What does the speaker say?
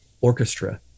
orchestra